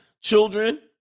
Children